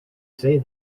say